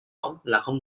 không